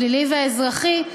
הפלילי והאזרחי,